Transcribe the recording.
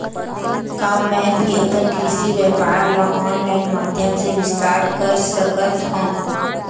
का मैं भी अपन कृषि व्यापार ल ऑनलाइन माधयम से विस्तार कर सकत हो?